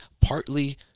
partly